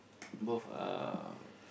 both are